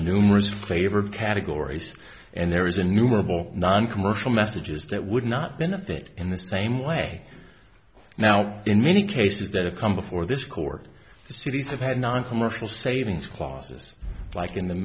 numerous flavored categories and there is a new mobile noncommercial messages that would not benefit in the same way now in many cases that have come before this court proceedings have had noncommercial savings clauses like in the